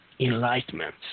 Enlightenment